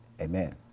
Amen